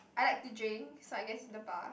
I like to drink so I guess it's in the bar